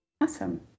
Awesome